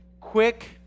quick